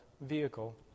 vehicle